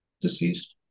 deceased